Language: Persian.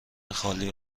خالی